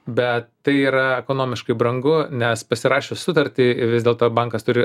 bet tai yra ekonomiškai brangu nes pasirašius sutartį vis dėlto bankas turi